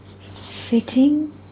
sitting